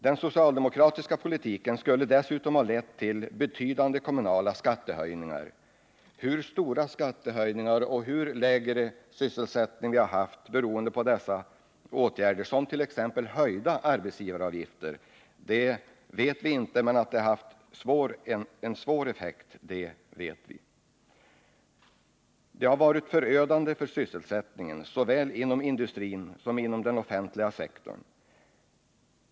Den socialdemokratiska politiken skulle dessutom ha lett till betydande kommunala skattehöjningar. Hur stora skattehöjningar och hur mycket lägre sysselsättning vi skulle ha haft beroende på dessa åtgärder — som t.ex. höjda arbetsgivaravgifter — vet vi inte, men att de hade haft en svår effekt vet vi. Det hade varit förödande för sysselsättningen såväl inom industrin som inom den offentliga sektorn.